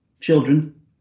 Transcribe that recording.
children